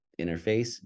interface